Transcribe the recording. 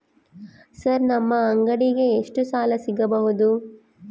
Sir ನಮ್ಮ ಅಂಗಡಿಗೆ ಎಷ್ಟು ಸಾಲ ಸಿಗಬಹುದು?